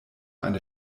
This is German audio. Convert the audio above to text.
eine